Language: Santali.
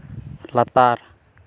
ᱞᱟᱛᱟᱨ